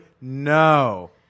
No